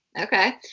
Okay